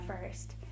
first